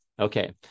Okay